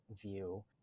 view